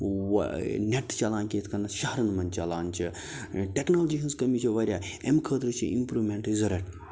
وۄنۍ نیٚٹ تہِ چَلان کیٚنٛہہ یِتھ کٔنۍ شَہرَن منٛز چَلان چھُ ٲں ٹیٛکنالوجی ہنٛز کٔمی چھِ واریاہ اَمہِ خٲطرٕ چھِ اِمپرٛوٗمیٚنٹٕچ ضروٗرت